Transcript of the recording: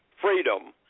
freedom